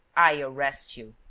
i arrest you.